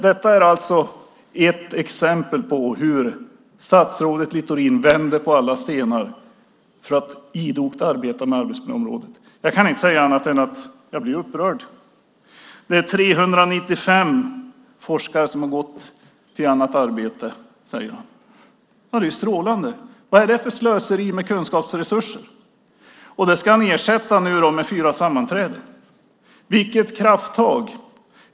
Detta är alltså ett exempel på hur statsrådet Littorin vänder på alla stenar för att idogt arbeta på arbetsmiljöområdet. Jag kan inte säga annat än att jag blir upprörd. Det är 395 forskare som har gått till annat arbete, säger han. Det är strålande. Vad är det för slöseri med kunskapsresurser? Det ska han nu ersätta med fyra sammanträden. Vilket krafttag!